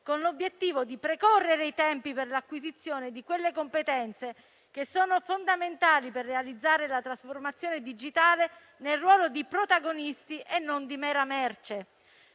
con l'obiettivo di precorrere i tempi per l'acquisizione di competenze fondamentali per realizzare la trasformazione digitale nel ruolo di protagonista e non di mera merce.